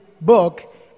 book